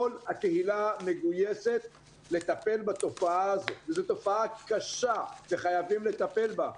כל הקהילה מגויסת לטפל בתופעה הזאת וזאת תופעה קשה שחייבים לטפל בה.